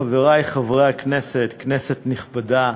חברי חברי הכנסת, כנסת נכבדה,